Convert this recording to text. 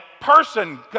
person